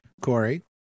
Corey